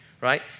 Right